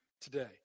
today